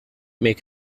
make